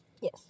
Yes